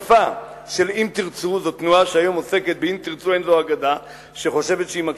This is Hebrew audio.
"המתקפה של 'אם תרצו'" זו תנועה שעוסקת היום ב"אם תרצו אין זו אגדה",